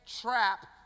trap